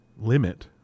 limit